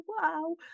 wow